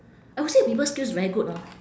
I would say her people skills very good lor